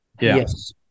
Yes